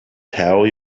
tell